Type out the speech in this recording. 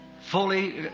fully